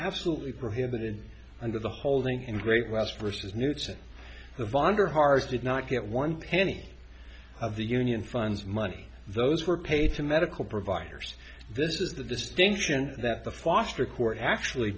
absolutely prohibited under the holding in great west vs knutson of honor harz did not get one penny of the union funds money those were paid to medical providers this is the distinction that the foster court actually